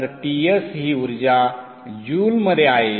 तर Ts ही ऊर्जा ज्युल मध्ये आहे